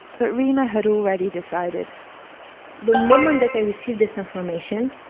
but reema had already decided the moment that i received this information,